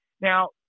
Now